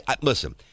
listen